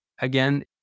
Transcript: again